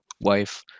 wife